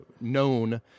known